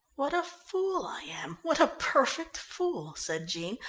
what a fool i am, what a perfect fool! said jean,